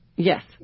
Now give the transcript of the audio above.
Yes